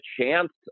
chance